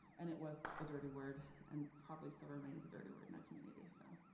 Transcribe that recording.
and it was a dirty word, and probably still remains a dirty word in our community, so,